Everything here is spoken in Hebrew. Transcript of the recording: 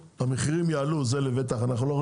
המחירים יעלו זה לבטח ואנחנו לא נוכל